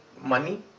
money